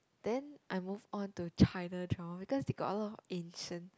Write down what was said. then I move on to China drama because they got a lot of ancient